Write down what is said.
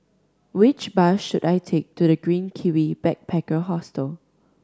which bus should I take to The Green Kiwi Backpacker Hostel